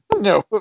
no